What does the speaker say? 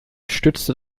stützte